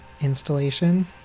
installation